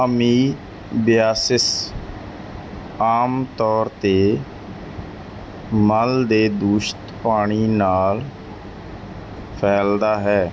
amoebiasis ਆਮ ਤੌਰ 'ਤੇ ਮਲ ਦੇ ਦੂਸ਼ਤ ਪਾਣੀ ਨਾਲ ਫੈਲਦਾ ਹੈ